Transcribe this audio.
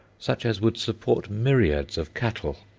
such as would support myriads of cattle.